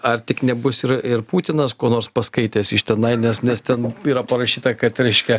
ar tik nebus ir ir putinas ko nors paskaitęs iš tenai nes nes ten yra parašyta kad reiškia